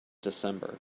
december